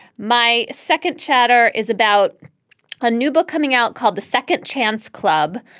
my second chatter is about a new book coming out called the second chance club.